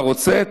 אתה רוצה?